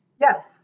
Yes